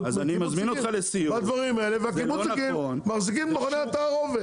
המוצרים והקיבוצניקים מחזיקים את מכוני התערובת.